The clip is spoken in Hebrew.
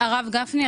הרב גפני,